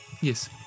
Yes